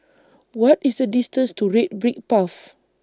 What IS The distance to Red Brick Path